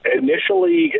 initially